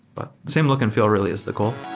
but same look and feel really is the goal